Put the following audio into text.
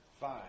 five